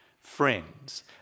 friends